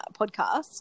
podcast